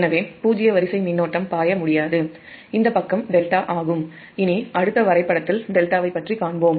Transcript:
எனவே பூஜ்ஜிய வரிசை மின்னோட்டம் பாய முடியாது இந்த பக்கம் டெல்டா ஆகும் இனி அடுத்த வரைபடத்தில் டெல்டாவை பற்றி காண்போம்